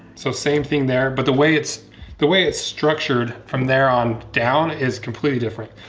so same thing there but the way it's the way it's structured from there on down is completely different.